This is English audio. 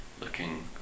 Looking